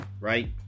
right